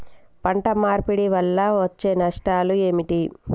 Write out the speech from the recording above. పంట మార్పిడి వల్ల వచ్చే నష్టాలు ఏమిటి?